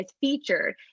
featured